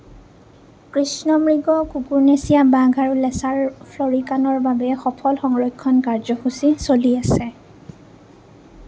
কৃষ্ণমৃগ কুকুৰনেচীয়া বাঘ আৰু লেছাৰ ফ্লৰিকানৰ বাবে সফল সংৰক্ষণ কাৰ্যসূচী চলি আছে